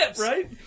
Right